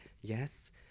Yes